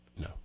no